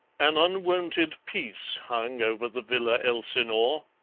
an unwonted peace hung over the villa elsinore,